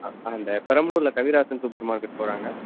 ஆ அந்த பெரம்பலூரில் Kavirasan supermarket ஸ்டோராங்க